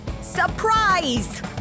Surprise